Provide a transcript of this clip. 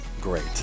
great